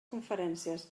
conferències